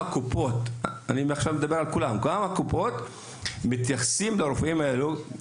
כל הקופות מתייחסות לרופאים האלו כאל